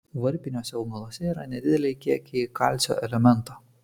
varpiniuose augaluose yra nedideli kiekiai kalcio elemento